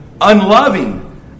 unloving